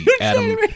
adam